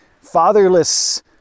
fatherless